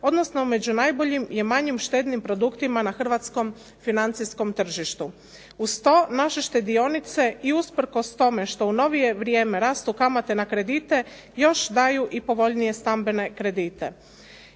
odnosno među najboljim i manje štetnim produktima na Hrvatskom financijskom tržištu. Uz to naše štedionice usprkos tome što u novije vrijeme rastu kamate na kredite još daju i povoljnije stambene kredite.